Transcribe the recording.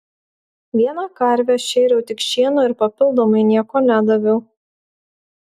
vieną karvę šėriau tik šienu ir papildomai nieko nedaviau